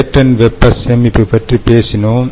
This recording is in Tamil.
லேடண்ட் வெப்ப சேமிப்பு பற்றி பேசினோம்